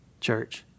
church